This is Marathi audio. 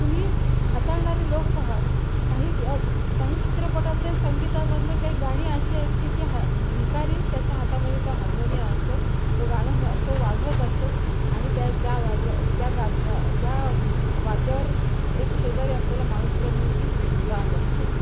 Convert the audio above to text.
तुम्ही हाताळणारे लोक पहा काही काही चित्रपटातल्या संगीतामधल्या काही गाणी अशी आहेत की ती हा भिकारी त्याच्या हातामदे तो हार्मोनियम असतो तो गाणं तो वाजवत असतो आणि त्या त्या वाजव त्या गाद्या त्या वाद्यावर एक शेजारी असलेल्या माणूस किंवा मुलगी गात असते